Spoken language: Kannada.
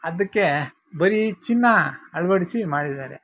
ಅದಕ್ಕೆ ಬರೀ ಚಿನ್ನ ಅಳವಡಿಸಿ ಮಾಡಿದ್ದಾರೆ